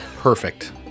Perfect